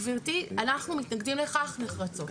גברתי, אנחנו מתנגדים לכך נחרצות.